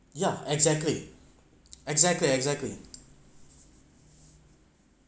yeah exactly exactly exactly